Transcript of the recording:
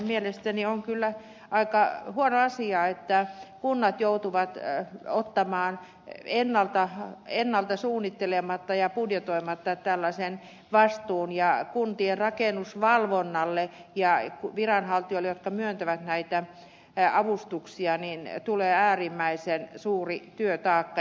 mielestäni on kyllä aika huono asia että kunnat joutuvat ottamaan ennalta suunnittelematta ja budjetoimatta tällaisen vastuun ja kuntien rakennusvalvonnalle ja viranhaltijoille jotka myöntävät näitä avustuksia tulee äärimmäisen suuri työtaakka